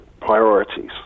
priorities